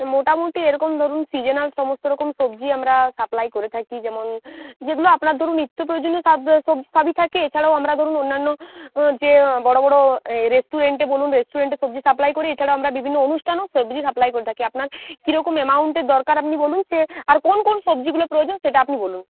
মোটামুটি এরকম ধরুন সিজনাল সমস্ত রকম সবজি আমরা সাপ্লাই করে থাকি যেমন যেগুলো আপনার ধরুন নিত্য প্রয়োজনীয় সাব সবজি সবই থাকে এছাড়াও আমরা ধরুন অন্যান্য ও যে বড় বড় রেস্টুরেন্টে বলুন রেস্টুরেন্টে সবজি সাপ্লাই করি এছাড়া বিভিন্ন অনুষ্ঠানেও সবজি সাপ্লাই করে থাকি আপনার কী রকম অ্যামাউন্টের দরকার আপনি বলুন সে আর কোন কোন সবজিগুলো প্রয়োজন সেটা আপনি বলুন